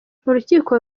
urukiko